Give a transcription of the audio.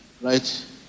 right